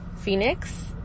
Phoenix